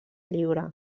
lliure